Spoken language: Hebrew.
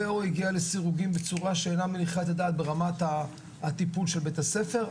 ו/או הגיע לסרוגין בצורה שאינה מניחה את הדעת ברמת הטיפול של בית-הספר,